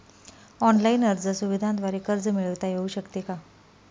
Online अर्ज सुविधांद्वारे कर्ज मिळविता येऊ शकते का?